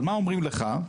אבל מה אומרים לך?